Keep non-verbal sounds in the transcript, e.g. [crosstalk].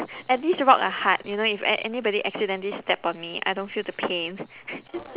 at least rock are hard you know if a~ anybody accidentally step on me I don't feel the pain [noise]